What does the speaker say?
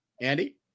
Andy